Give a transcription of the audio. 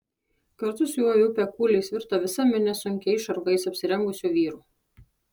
kartu su juo į upę kūliais virto visa minia sunkiais šarvais apsirengusių vyrų